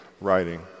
writing